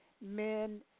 Men